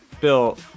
Bill